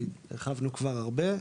כי הרחבנו בהם הרבה,